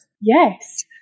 Yes